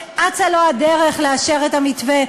שאצה לו הדרך לאשר את המתווה.